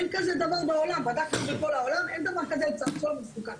אין כזה דבר בעולם: בדקנו בכל העולם ואין דבר כזה צעצוע מסוכן.